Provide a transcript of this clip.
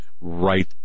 right